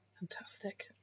Fantastic